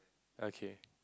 okay